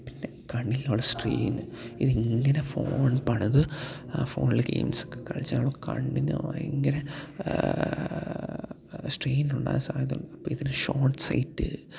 പിന്ന കണ്ണിലുള്ള സ്ട്രെയിന് ഇത് ഇങ്ങനെ ഫോൺ പണിത് ഫോണില് ഗെയിംസൊക്കെ കളിച്ചാണ് കണ്ണിനു ഭയങ്കര സ്ട്രെയിനുണ്ടാകാൻ സാധ്യതയുണ്ട് അപ്പോള് ഇതിന് ഷോട്ട് സൈറ്റ്